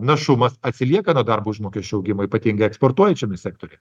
našumas atsilieka nuo darbo užmokesčio augimo ypatingai eksportuojančiame sektoriuj